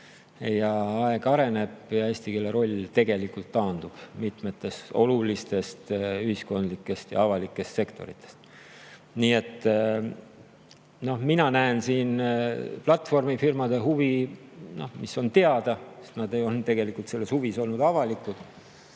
Aga aeg [läheb] ja eesti keele roll tegelikult taandub mitmetest olulistest ühiskondlikest ja avalikest sektoritest. Mina näen siin platvormifirmade huvi, mis on teada, sest nad on selles huvis olnud avalikud.